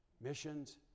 missions